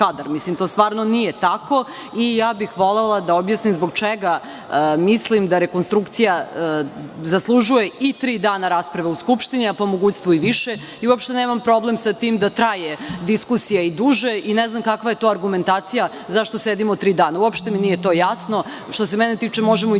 Skadar. To stvarno nije tako i ja bih volela da objasnim zbog čega mislim da rekonstrukcija zaslužuje i tri dana rasprave u Skupštini, a po mogućstvu i više. Uopšte nemam problem sa tim da traje diskusija i duže i ne znam kakva je to argumentacija - zašto sedimo tri dana? Uopšte mi nije to jasno. Što se mene tiče, možemo i 10